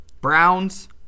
Browns